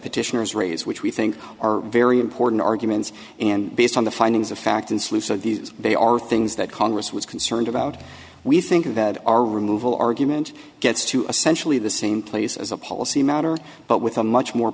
petitioners raise which we think are very important arguments and based on the findings of fact and sluice of these they are things that congress was concerned about we think that our removal argument gets to essentially the same place as a policy matter but with a much more